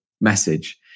message